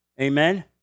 Amen